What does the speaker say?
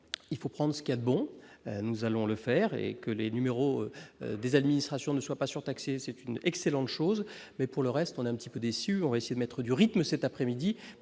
il faut prendre ce qui a de bon, nous allons le faire et que les numéros des administrations ne soit pas surtaxé c'est une excellente chose, mais pour le reste, on a un petit peu déçu, on va essayer de mettre du rythme, cet après-midi